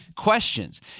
questions